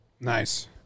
Nice